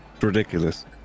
Ridiculous